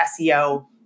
SEO